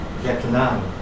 Vietnam